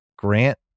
grant